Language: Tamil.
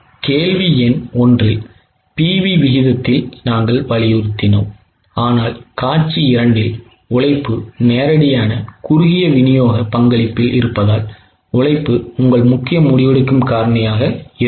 கேள்வி எண் 1 இல் PV விகிதத்தில் நாங்கள் வலியுறுத்தினோம் ஆனால் காட்சி 2 இல் உழைப்பு நேரடியான குறுகிய விநியோக பங்களிப்பில் இருப்பதால் உழைப்பு உங்கள் முக்கிய முடிவெடுக்கும் காரணியாக இருக்கும்